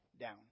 down